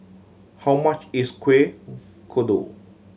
how much is Kuih Kodok